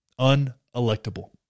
Unelectable